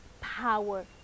power